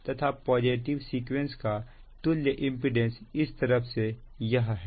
तथा positive sequence का तुल्यइंपीडेंस इस तरफ से यह है